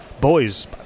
boys